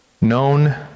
known